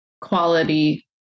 quality